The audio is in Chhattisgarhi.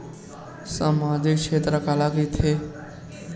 सामजिक क्षेत्र काला कइथे?